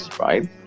right